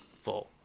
full